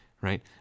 right